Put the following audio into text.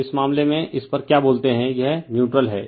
तो इस मामले में इस पर क्या बोलते यह न्यूट्रल है